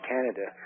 Canada